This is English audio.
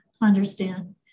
understand